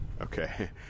Okay